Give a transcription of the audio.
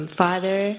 father